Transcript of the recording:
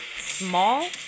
small